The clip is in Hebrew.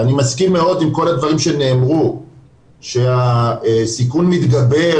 אני מסכים מאוד עם כל הדברים שנאמרו שהסיכון מתגבר,